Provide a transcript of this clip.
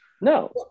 No